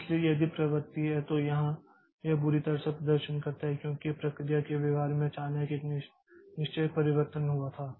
इसलिए यदि प्रवृत्ति हैं तो यहां यह बुरी तरह से प्रदर्शन करता है क्योंकि प्रक्रिया के व्यवहार में अचानक एक निश्चित परिवर्तन हुआ था